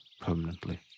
permanently